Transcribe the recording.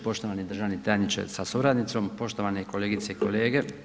Poštovani državni tajniče sa suradnicom, poštovane kolegice i kolege.